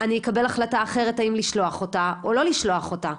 אני אקבל החלטה אחרת האם לשלוח אותה או לא לשלוח אותה.